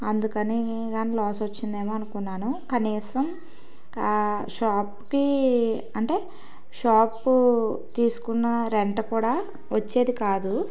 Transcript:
అందుకని కానీ లాస్ వచ్చింది ఏమో అనుకున్నాను కనీసం షాప్కి అంటే షాపు తీసుకున్న రెంట్ కూడా వచ్చేది కాదు